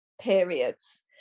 periods